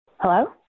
Hello